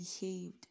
behaved